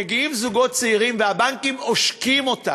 מגיעים זוגות צעירים, והבנקים עושקים אותם.